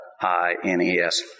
I-N-E-S